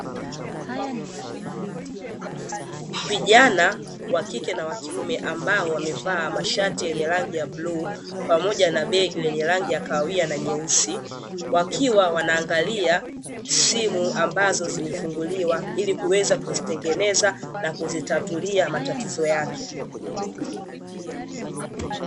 Vijana wa kike na wa kiume ambao wamevaa mashati yenye rangi ya bluu pamoja na begi lenye rangi ya kahawia na nyeusi, wakiwa wanaangalia simu ambazo zimefunguliwa, ili kuweza kuzitengeneza na kuzitatulia matatizo yake.